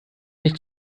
nicht